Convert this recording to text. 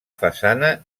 façana